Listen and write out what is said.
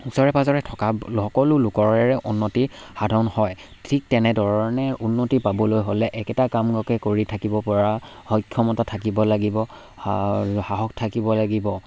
ওচৰে পাঁজৰে থকা সকলো লোকৰে উন্নতি সাধন হয় ঠিক তেনেধৰণে উন্নতি পাবলৈ হ'লে একেটা কামকে কৰি থাকিব পৰা সক্ষমতা থাকিব লাগিব সাহস থাকিব লাগিব